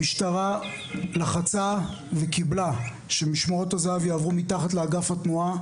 המשטרה לחצה וקיבלה שמשמרות הזהב יועברו מתחת לאגף התנועה,